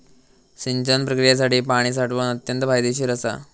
सिंचन प्रक्रियेसाठी पाणी साठवण अत्यंत फायदेशीर असा